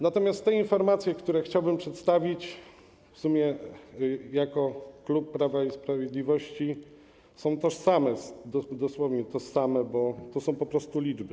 Natomiast te informacje, które chciałbym przedstawić w imieniu klubu Prawa i Sprawiedliwości, są dosłownie tożsame, bo to są po prostu liczby.